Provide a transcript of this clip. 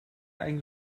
ein